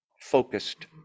focused